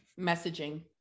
Messaging